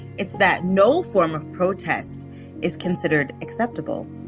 it's that no form of protest is considered acceptable